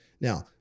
Now